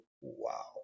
wow